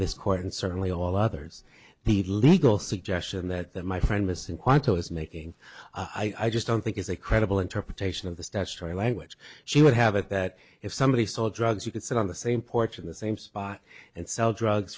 this court and certainly all others the legal suggestion that my friend listen quanto is making i just don't think is a credible interpretation of the statutory language she would have it that if somebody sold drugs you could sit on the same porch in the same spot and sell drugs